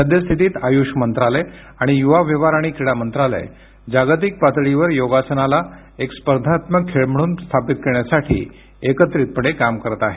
सद्यस्थितीत आयुष मंत्रालय आणि युवा व्यवहार आणि क्रीडा मंत्रालय जागतिक पातळीवर योगासनाला एक स्पर्धात्मक खेळ म्हणून स्थापित करण्यासाठी एकत्रितपणे काम करत आहेत